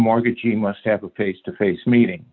mortgagee must have a face to face meeting